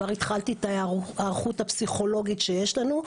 כבר התחלתי את ההיערכות הפסיכולוגית שיש לנו,